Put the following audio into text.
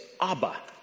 Abba